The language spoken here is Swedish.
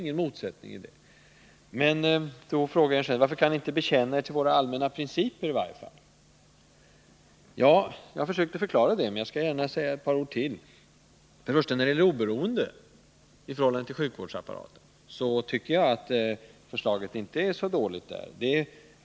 Jörn Svensson frågar: Varför kan ni inte bekänna er till våra allmänna principer i varje fall? Jag försökte förklara det, men jag skall gärna säga ett par ord till. När det gäller oberoende i förhållande till sjukvårdsapparaten tycker jag inte att förslaget är så dåligt.